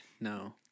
no